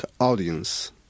audience